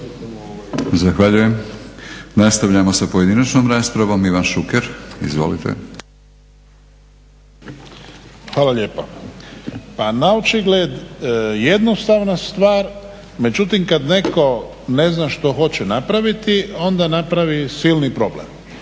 Zahvaljujem. Nastavljamo sa pojedinačnom raspravom. Ivan Šuker, izvolite. **Šuker, Ivan (HDZ)** Hvala lijepa. Pa naočigled jednostavna stvar, međutim kad netko ne zna što hoće napraviti, onda napravi silni problem.